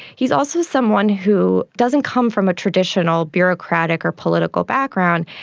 he is also someone who doesn't come from a traditional bureaucratic or political background,